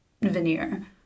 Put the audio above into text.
veneer